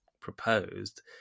proposed